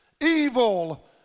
evil